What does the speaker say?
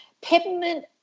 peppermint